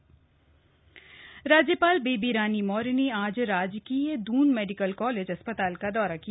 राज्यपाल दून अस्पताल राज्यपाल बेबी रानी मौर्य ने आज राजकीय दून मेडिकल कॉलेज अस्पताल का दौरा किया